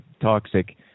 toxic